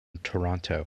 toronto